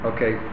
Okay